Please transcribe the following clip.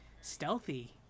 stealthy